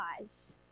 eyes